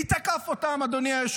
מי תקף אותן, אדוני היושב-ראש?